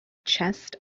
chest